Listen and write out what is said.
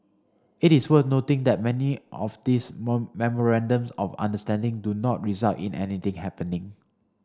it is worth noting that many of these memorandums of understanding do not result in anything happening